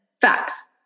facts